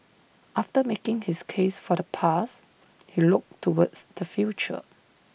after making his case for the past he looked towards the future